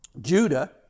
Judah